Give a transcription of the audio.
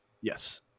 Yes